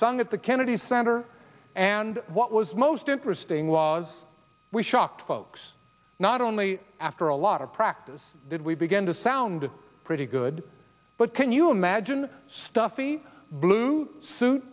sung at the kennedy center and what was most interesting was we shocked folks not only after a lot of practice did we begin to sound pretty good but can you imagine stuffy blue suit